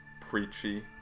preachy